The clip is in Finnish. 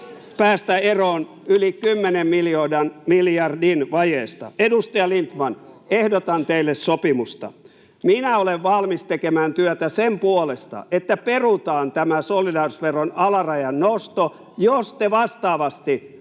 päästä eroon yli 10 miljardin vajeesta. Edustaja Lindtman, ehdotan teille sopimusta: minä olen valmis tekemään työtä sen puolesta, että perutaan tämä solidaarisuusveron alarajan nosto, jos te vastaavasti olette